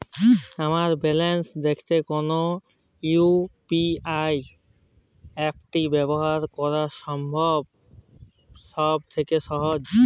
আমার ব্যালান্স দেখতে কোন ইউ.পি.আই অ্যাপটি ব্যবহার করা সব থেকে সহজ?